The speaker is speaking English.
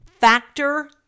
Factor